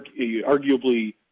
arguably